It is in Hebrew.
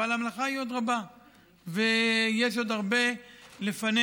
אבל המלאכה עוד רבה ויש עוד הרבה לפנינו.